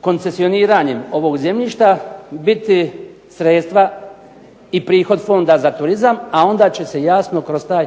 koncesioniranjem ovog zemljišta biti sredstva i prihod Fonda za turizam, a onda će se jasno kroz taj